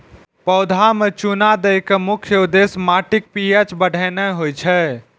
पौधा मे चूना दै के मुख्य उद्देश्य माटिक पी.एच बढ़ेनाय होइ छै